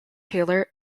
taylor